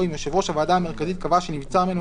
או אם יושב ראש הוועדה המרכזית קבע שנבצר ממנו